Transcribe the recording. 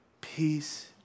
Peace